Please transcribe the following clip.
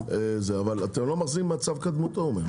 אבל אתם לא מחזירים את המצב לקדמותו.